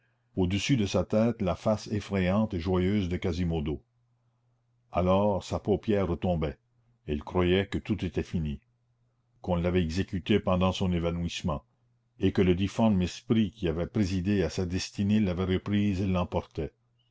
au-dessus de sa tête la face effrayante et joyeuse de quasimodo alors sa paupière retombait elle croyait que tout était fini qu'on l'avait exécutée pendant son évanouissement et que le difforme esprit qui avait présidé à sa destinée l'avait reprise et l'emportait